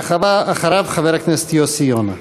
ואחריו, חבר הכנסת יוסי יונה.